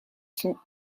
son